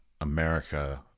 America